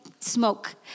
smoke